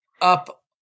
up